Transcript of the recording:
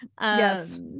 yes